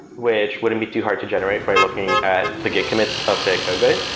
which wouldn't be too hard to generate by looking at the gate commits of say a code base.